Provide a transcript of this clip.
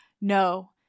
No